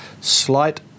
slight